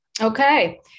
Okay